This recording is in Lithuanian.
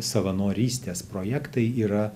savanorystės projektai yra